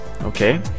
okay